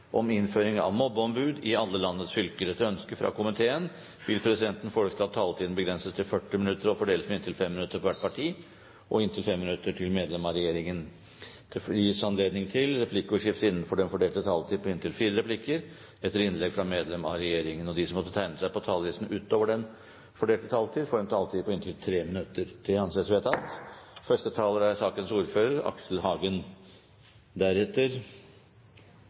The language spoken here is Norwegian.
om ordet. Etter ønske fra familie- og kulturkomiteen vil presidenten foreslå at taletiden begrenses til 40 minutter og fordeles med inntil 5 minutter til hvert parti og inntil 5 minutter til medlem av regjeringen. Videre vil presidenten foreslå at det gis anledning til replikkordskifte på inntil tre replikker med svar etter innlegg fra medlem av regjeringen innenfor den fordelte taletid. Det blir videre foreslått at de som måtte tegne seg på talerlisten utover den fordelte taletid, får en taletid på inntil 3 minutter. – Det anses vedtatt. Det er i grunnen en glede å være ordfører